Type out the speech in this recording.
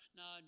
no